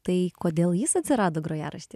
tai kodėl jis atsirado grojarašty